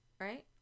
right